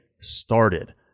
started